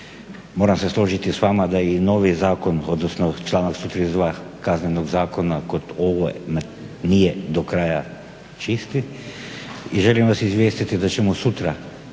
moram se složiti s vama da je i novi zakon, odnosno članak 132. Kaznenog zakona nije do kraja čist i želim vas izvijestiti da ćemo sutra